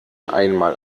einmal